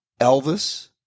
Elvis